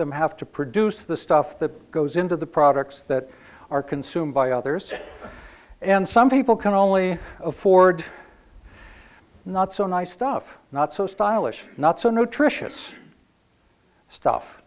them have to produce the stuff that goes into the products that are consumed by others and some people can only afford not so nice stuff not so stylish not so nutritious stuff